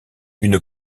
une